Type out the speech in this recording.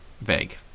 vague